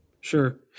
Sure